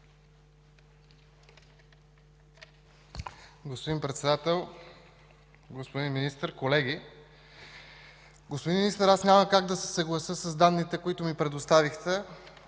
Господин Председател, господин Министър, колеги! Господин Министър, аз няма как да се съглася с данните, които ни предоставихте.